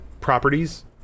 properties